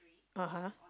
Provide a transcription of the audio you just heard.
ah !huh!